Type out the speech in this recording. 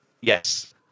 Yes